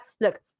Look